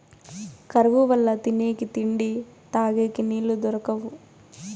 కరువు వల్ల తినేకి తిండి, తగేకి నీళ్ళు దొరకవు